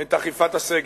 את אכיפת הסגר.